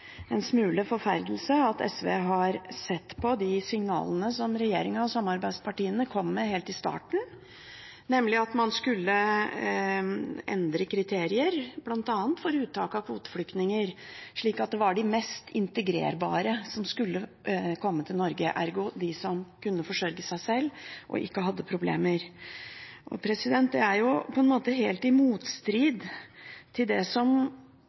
en smule forferdelse SV har sett på de signalene som regjeringen og samarbeidspartiene kom med helt i starten, nemlig at man skulle endre kriterier bl.a. for uttak av kvoteflyktninger, slik at det var de mest integrerbare som skulle komme til Norge – ergo de som kunne forsørge seg selv og ikke hadde problemer. Det er jo helt i motstrid til det som